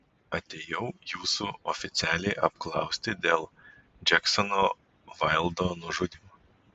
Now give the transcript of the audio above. atėjau jūsų oficialiai apklausti dėl džeksono vaildo nužudymo